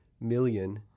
million